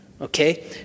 Okay